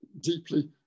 deeply